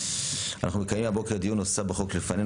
אנחנו מקיימים הבוקר דיון נוסף בחוק שלפנינו